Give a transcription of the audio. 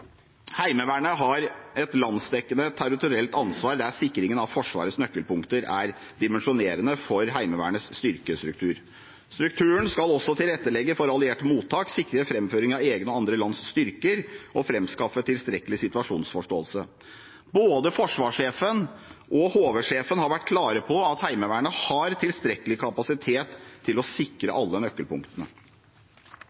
Heimevernet har et landsdekkende territorielt ansvar, der sikringen av Forsvarets nøkkelpunkter er dimensjonerende for Heimevernets styrkestruktur. Strukturen skal også tilrettelegge for allierte mottak, sikre framføring av egne og andre lands styrker og framskaffe tilstrekkelig situasjonsforståelse. Både forsvarssjefen og HV-sjefen har vært klare på at Heimevernet har tilstrekkelig kapasitet til å sikre